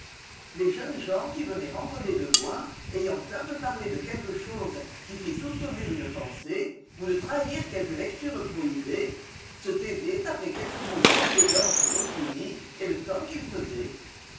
les jeunes gens qui venaient rendre des devoirs ayant peur de parler de quelque chose qui fît soupçonner une pensée ou de trahir quelque lecture prohibée se taisaient après quelques mots bien élégants sur rossini et le temps qu'il taisait